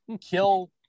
kill